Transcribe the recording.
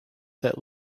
that